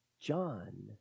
John